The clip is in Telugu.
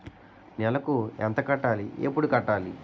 నెలకు ఎంత కట్టాలి? ఎప్పుడు కట్టాలి?